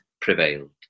prevailed